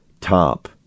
top